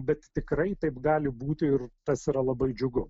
bet tikrai taip gali būti ir tas yra labai džiugu